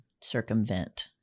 circumvent-